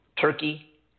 Turkey